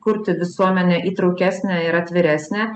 kurti visuomenę įtraukesnę ir atviresnę